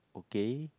K